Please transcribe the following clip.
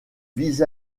vis